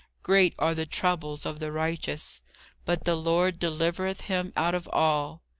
great are the troubles of the righteous but the lord delivereth him out of all.